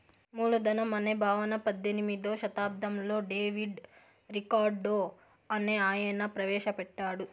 మూలధనం అనే భావన పద్దెనిమిదో శతాబ్దంలో డేవిడ్ రికార్డో అనే ఆయన ప్రవేశ పెట్టాడు